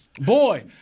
Boy